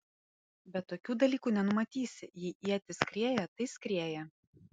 bet tokių dalykų nenumatysi jei ietis skrieja tai skrieja